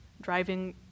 driving